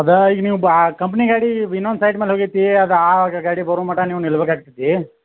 ಅದ ಈಗ ನೀವು ಬಾ ಕಂಪ್ನಿ ಗಾಡಿ ಇನೊಂದ್ ಸೈಡ್ ಮೇಲೆ ಹೋಗೇತಿ ಅದು ಆ ಗಾಡಿ ಬರು ಮಟ್ಟ ನೀವು ನಿಲ್ಬೇಕು ಆಗ್ತೈತಿ